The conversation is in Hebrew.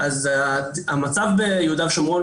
המצב ביהודה ושומרון,